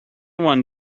one